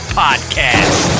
podcast